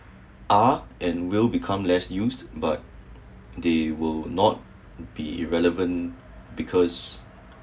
are and will become less use but they will not be irrelevant because